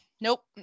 nope